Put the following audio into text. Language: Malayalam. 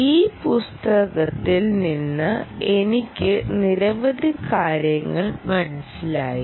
ഈ പുസ്തകത്തിൽ നിന്ന് എനിക്ക് നിരവധി കാര്യങ്ങൾ മനസ്സിലായി